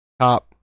Top